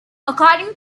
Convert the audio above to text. according